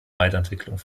weiterentwicklung